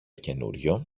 καινούριο